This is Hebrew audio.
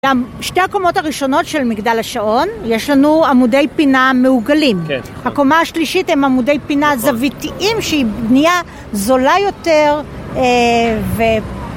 שתי הקומות הראשונות של מגדל השעון, יש לנו עמודי פינה מעוגלים, כן, הקומה השלישית הם עמודי פינה זוויתיים שהיא בנייה זולה יותר